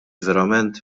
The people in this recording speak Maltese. verament